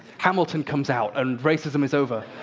hamilton comes out, and racism is over.